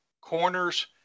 corners